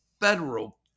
Federal